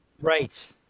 Right